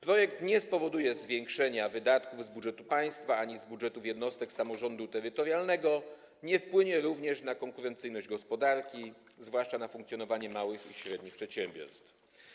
Projekt nie spowoduje zwiększenia wydatków z budżetu państwa ani z budżetów jednostek samorządu terytorialnego, nie wpłynie również na konkurencyjność gospodarki, zwłaszcza na funkcjonowanie małych i średnich przedsiębiorstw.